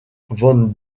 van